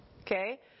Okay